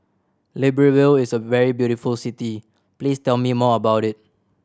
Libreville is a very beautiful city please tell me more about it